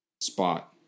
spot